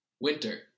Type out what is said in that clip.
Winter